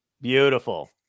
beautiful